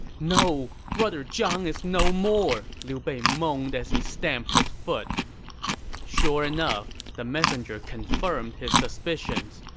no! brother zhang is no more! liu bei moaned as he stamped his foot sure enough, the messenger confirmed his suspicions,